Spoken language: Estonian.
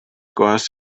kohas